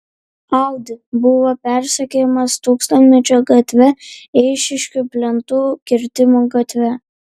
audi buvo persekiojamas tūkstantmečio gatve eišiškių plentu kirtimų gatve